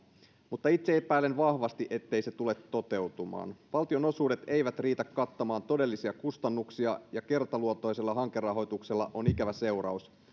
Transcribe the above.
mutta itse epäilen vahvasti ettei se tule toteutumaan valtionosuudet eivät riitä kattamaan todellisia kustannuksia ja kertaluontoisella hankerahoituksella on ikävä seuraus